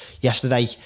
yesterday